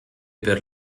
per